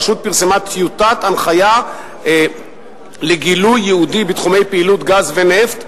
הרשות פרסמה טיוטת הנחיה לגילוי ייעודי בתחומי פעילות גז ונפט,